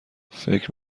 فکر